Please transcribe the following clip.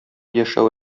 яшәү